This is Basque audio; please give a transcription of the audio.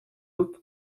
dut